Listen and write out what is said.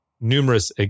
numerous